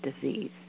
disease